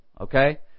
okay